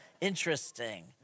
interesting